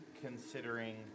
considering